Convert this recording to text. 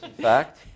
fact